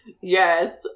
Yes